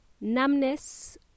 numbness